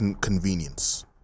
convenience